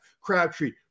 Crabtree